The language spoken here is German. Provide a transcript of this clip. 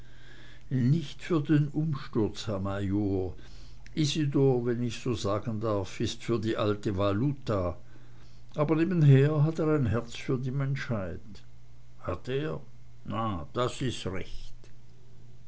nicht für den umsturz herr major isidor wenn ich so sagen darf ist für die alte valuta aber nebenher hat er ein herz für die menschheit hat er na das ist recht